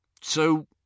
So